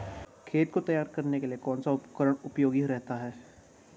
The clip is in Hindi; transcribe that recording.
खेत को तैयार करने के लिए कौन सा उपकरण उपयोगी रहता है?